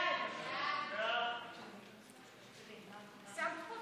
סעיפים 1 20